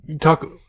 Talk